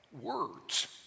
words